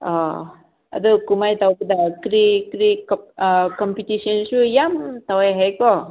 ꯑꯣ ꯑꯗꯨ ꯀꯨꯝꯍꯩ ꯇꯧꯕꯗ ꯀꯔꯤ ꯀꯔꯤ ꯀꯝꯄꯤꯇꯤꯁꯟꯁꯨ ꯌꯥꯝ ꯇꯧꯋꯦ ꯍꯥꯏꯌꯦ ꯀꯣ